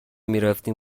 میرفتیم